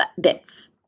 bits